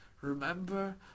remember